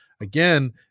again